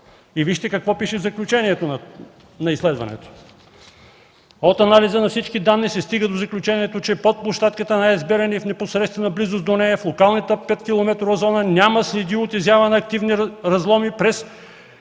Вижте какво пише в заключението на изследването: „От анализа на всички данни се стига до заключението, че под площадката на АЕЦ „Белене” и в непосредствена близост до нея в локалната 5-километрова зона няма следи от изява на активни разломи през